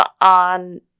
on